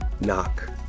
knock